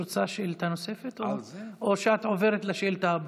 רוצה שאילתה נוספת או שאת עוברת לשאילתה הבאה?